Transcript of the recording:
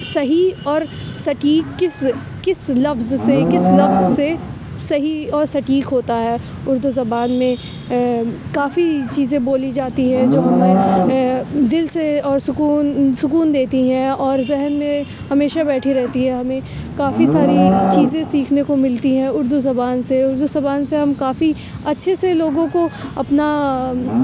صحیح اور سٹیک کس کس لفظ سے کس لفظ سے صحیح اور سٹیک ہوتا ہے اردو زبان میں کافی چیزیں بولی جاتی ہے جو ہمیں دل سے اور سکون سکون دیتی ہے اور ذہن میں ہمیشہ بیٹھی رہتی ہے ہمیں کافی ساری چیزیں سیکھنے کو ملتی ہے اردو زبان سے اردو زبان سے ہم کافی اچھے سے لوگوں کو اپنا